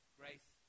grace